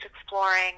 exploring